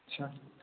ଆଚ୍ଛା